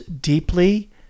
deeply